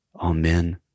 Amen